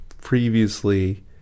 previously